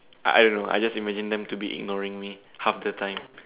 I I don't know I just imagine them to be ignoring me half the time